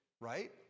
right